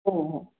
हो हो